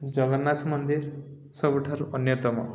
ଜଗନ୍ନାଥ ମନ୍ଦିର ସବୁଠାରୁ ଅନ୍ୟତମ